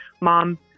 mom